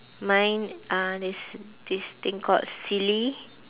mine uh is this thing called silly